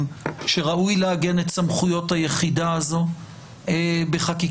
שראוי לעגן את סמכויות היחידה הזאת בחקיקה,